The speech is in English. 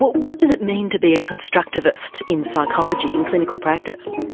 what what does it mean to be a constructivist in psychology, in clinical practice?